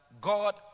God